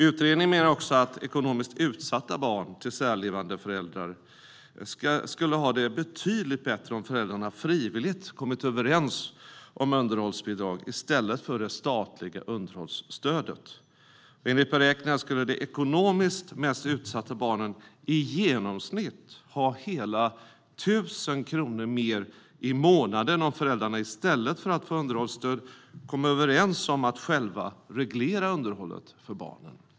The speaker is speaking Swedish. Utredningen menar också att ekonomiskt utsatta barn till särlevande föräldrar skulle ha det betydligt bättre om föräldrarna frivilligt kommit överens om underhållsbidrag i stället för det statliga underhållsstödet. Enligt beräkningar skulle de ekonomiskt mest utsatta barnen i genomsnitt ha hela 1 000 kronor mer i månaden om föräldrarna i stället för att få underhållsstöd kom överens om att själva reglera underhållet för barnen.